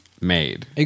made